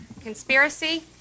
conspiracy